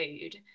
food